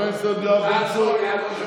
חבר הכנסת יעקב אשר,